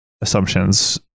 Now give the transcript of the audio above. assumptions